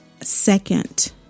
second